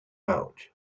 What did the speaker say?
out